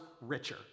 richer